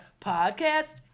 Podcast